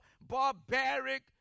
barbaric